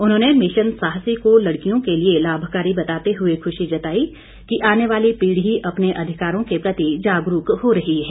उन्होंने मिशन साहसी को लड़कियों के लिए लाभकारी बताते हुए खुशी जताई कि आने वाली पीढ़ी अपने अधिकारों के प्रति जागरूक हो रही है